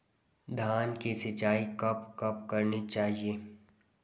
धान की सिंचाईं कब कब करनी चाहिये?